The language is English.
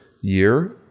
year